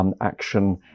action